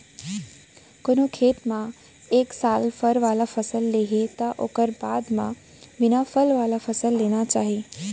कोनो खेत म एक साल फर वाला फसल ले हे त ओखर बाद म बिना फल वाला फसल लेना चाही